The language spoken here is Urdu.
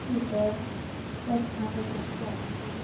ٹھیک ہے دس نان ہو جائیں گے آپ کے